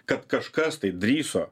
kad kažkas tai drįso